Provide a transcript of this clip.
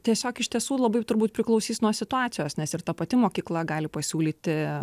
tiesiog iš tiesų labai turbūt priklausys nuo situacijos nes ir ta pati mokykla gali pasiūlyti